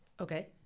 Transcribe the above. Okay